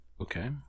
Okay